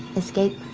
escape?